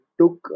took